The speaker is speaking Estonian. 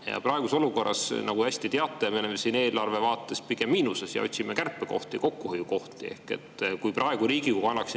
Praeguses olukorras, nagu hästi teate, me oleme eelarve vaates pigem miinuses ja otsime kärpekohti, kokkuhoiukohti. Ehk kui praegu Riigikogu annaks